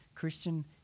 Christian